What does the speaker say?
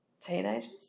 teenagers